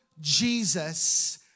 Jesus